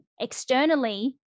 externally